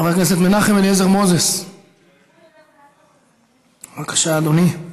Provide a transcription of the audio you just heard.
חבר הכנסת מנחם אליעזר מוזס, בבקשה, אדוני.